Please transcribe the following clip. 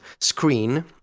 screen